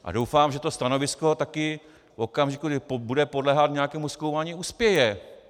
A doufám, že to stanovisko taky v okamžiku, kdy bude podléhat nějakému zkoumání, uspěje.